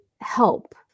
help